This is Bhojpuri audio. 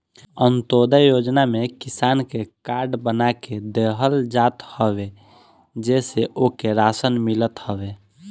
अन्त्योदय योजना में किसान के कार्ड बना के देहल जात हवे जेसे ओके राशन मिलत हवे